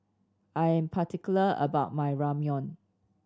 I am particular about my Ramyeon